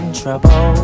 trouble